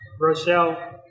Rochelle